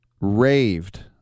raved